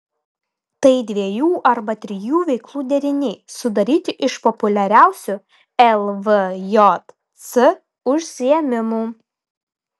tai dviejų arba trijų veiklų deriniai sudaryti iš populiariausių lvjc užsiėmimų